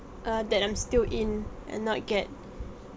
err that I'm still in and not get